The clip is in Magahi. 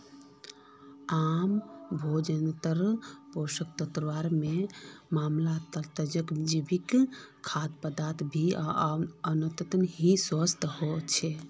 आम भोजन्नेर पोषक तत्वेर मामलाततजैविक खाद्य पदार्थ भी ओतना ही स्वस्थ ह छे